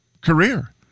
career